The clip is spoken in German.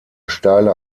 steile